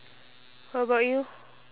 how about you